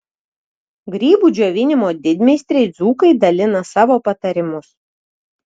grybų džiovinimo didmeistriai dzūkai dalina savo patarimus